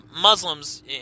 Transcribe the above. Muslims